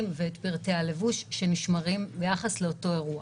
ואת פרטי הלבוש שנשמרים ביחס לאותו אירוע.